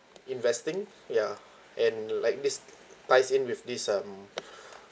investing ya and like this ties in with this um